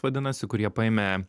vadinasi kur jie paėmė